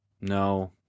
No